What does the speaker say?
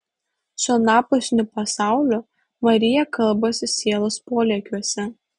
su anapusiniu pasauliu marija kalbasi sielos polėkiuose